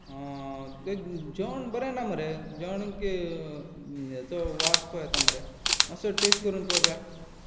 तें जेवण बरें ना मरे जेवणाक येचो वास कहो येता मरे मात्सो टेस्ट करून पळय पळोवया